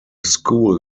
school